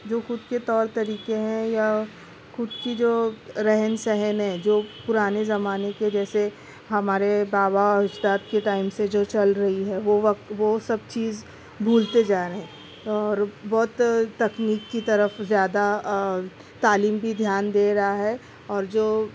جو خود کے طور طریقے ہیں یا خود کی جو رہن سہن ہے جو پُرانے زمانے کے جیسے ہمارے بابا اور اُستاد کے ٹائم سے جو چل رہی ہے وہ وقت وہ سب چیز بھولتے جا رہے ہیں اور بہت تکنیک کی طرف زیادہ تعلیم بھی دھیان دے رہا ہے اور جو